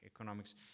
economics